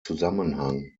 zusammenhang